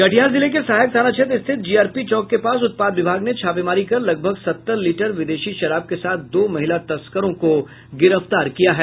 कटिहार जिले के सहायक थाना क्षेत्र स्थित जीआरपी चौक के पास उत्पाद विभाग ने छापेमारी कर लगभग सत्तर लीटर विदेशी शराब के साथ दो महिला तस्करों को गिरफ्तार किया है